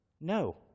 No